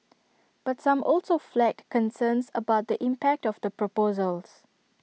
but some also flagged concerns about the impact of the proposals